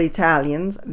Italians